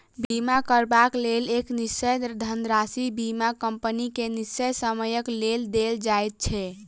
बीमा करयबाक लेल एक निश्चित धनराशि बीमा कम्पनी के निश्चित समयक लेल देल जाइत छै